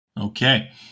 Okay